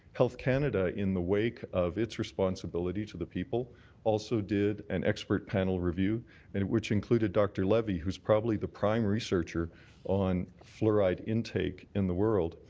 health canada in the wake of its responsibility to the people also did an expert panel review which included dr. levy whose probably the prime researcher on fluoride intake in the world.